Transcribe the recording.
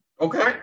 Okay